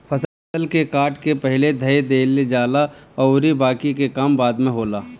फसल के काट के पहिले धअ देहल जाला अउरी बाकि के काम बाद में होला